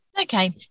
Okay